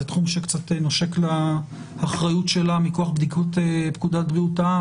זה תחום שקצת נושק לאחריות שלה מכוח פקודת בריאות העם.